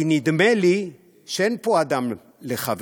כי נדמה לי שאין פה בין אדם לחברו.